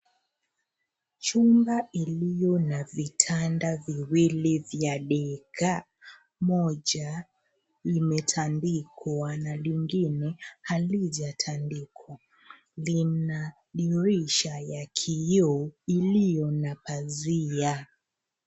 Chumba iliyo na vitanda viwili vya deka. Moja imetandikwa na lingine halijatandikwa. Lina dirisha ya kilio iliyo na pazia.